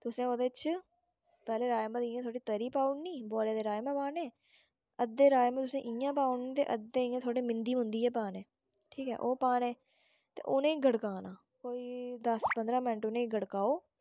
तुसें ओह्दे च पैह्लें राजनां दी थोड़ी इ'यां तरी पाउड़नी बोआले दे राजमां पाने अघ्दे राजनां तुसें इ'यां पाउड़ने ते अध्दे थोड़े इयां मिंद्दी मुंद्दियै पाने ठीक ऐ ओह् पाने ते उ'नें गड़काना कोई दस पंदरां मैंट उयें गड़काओ